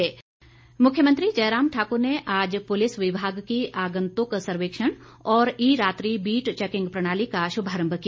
मुख्यमंत्री मुख्यमंत्री जयराम ठाकुर ने आज पुलिस विभाग की आंगतुक सर्वेक्षण और ई रात्रि बीट चैकिंग प्रणाली का शुभारम्भ किया